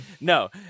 No